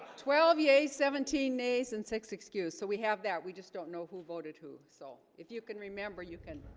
yeah a seventeen days and six excuse so we have that we just don't know who voted who so if you can remember you can